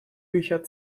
bücher